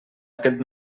aquest